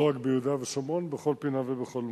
לא רק ביהודה ושומרון, בכל פינה ובכל מקום.